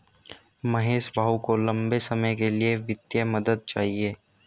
महेश भाऊ को लंबे समय के लिए वित्तीय मदद चाहिए